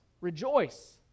Rejoice